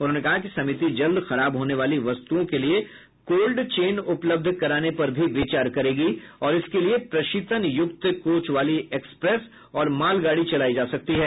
उन्होंने कहा कि समिति जल्द खराब होने वाली वस्तुओं के लिए कोल्ड चेन उपलब्ध कराने पर भी विचार करेगी और इसके लिए प्रशाीतन युक्त कोच वाली एक्सप्रेस और मालगाड़ी चलाई जा सकती है